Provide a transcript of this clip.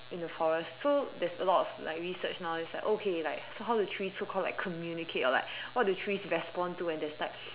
in the forest so there's a lot of like research now that's like okay like so how do trees so called like communicate or like what do trees respond to when there's like